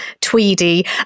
tweedy